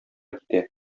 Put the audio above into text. китә